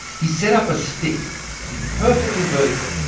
he set up a stick to be perfectly vertical,